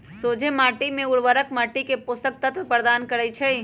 सोझें माटी में उर्वरक माटी के पोषक तत्व प्रदान करै छइ